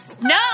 No